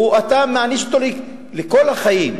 אתה מעניש אותו לכל החיים.